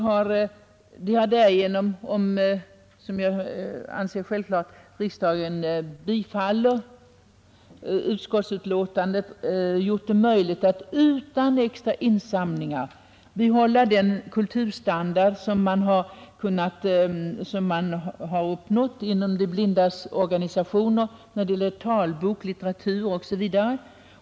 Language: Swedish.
Om riksdagen — som jag anser självklart — bifaller utskottets hemställan har därigenom möjliggjorts att utan extra insamlingar behålla den kulturstandard som har uppnåtts inom de blindas organisationer när det gäller talböcker, litteratur osv.